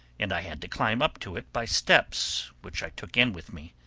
and i had to climb up to it by steps, which i took in with me,